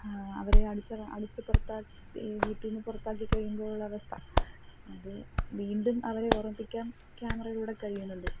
അവരെ അടിച്ച അടിച്ച് പുറത്താക്കി വീട്ടീന്ന് പുറത്താക്കിക്കഴിയുമ്പോഴുള്ള അവസ്ഥ അത് വീണ്ടും അവരെ ഓർമ്മിപ്പിക്കാൻ ക്യാമറയിലൂടെ കഴിയുന്നുണ്ട്